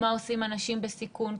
מה עושים אנשים בסיכון,